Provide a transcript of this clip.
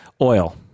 Oil